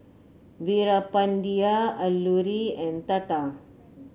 Veerapandiya Alluri and Tata